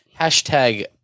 hashtag